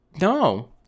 No